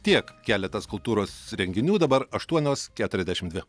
tiek keletas kultūros renginių dabar aštuonios keturiasdešim dvi